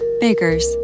Baker's